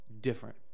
different